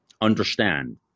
understand